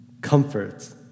Comfort